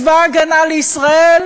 צבא הגנה לישראל